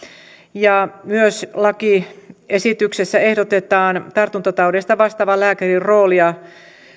lakiesityksessä ehdotetaan myös tartuntataudeista vastaavan lääkärin roolia